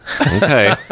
Okay